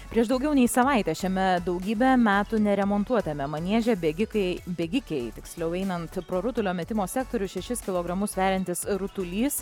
prieš daugiau nei savaitę šiame daugybę metų neremontuotame manieže bėgikai bėgikei tiksliau einant pro rutulio metimo sektorių šešis kilogramus sveriantis rutulys